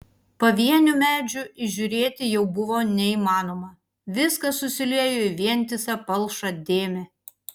pavienių medžių įžiūrėti jau buvo neįmanoma viskas susiliejo į vientisą palšą dėmę